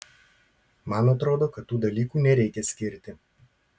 man atrodo kad tų dalykų nereikia skirti